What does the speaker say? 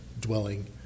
dwelling